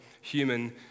human